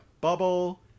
bubble